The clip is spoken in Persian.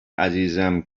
عزیزم